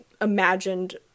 imagined